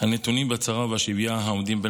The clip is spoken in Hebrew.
הנתונים בצרה ובשביה,